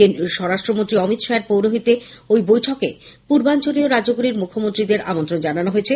কেন্দ্রীয় স্বরাষ্ট্র মন্ত্রী অমিত শাহের পৌরোহিত্যে ওই বৈঠকে পূর্বাঞ্চলীয় রাজ্যগুলির মুখ্যমন্ত্রীদের আমন্ত্রণ জানানো হয়েছে